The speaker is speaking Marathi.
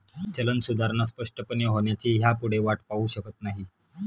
चलन सुधारणा स्पष्टपणे होण्याची ह्यापुढे वाट पाहु शकत नाही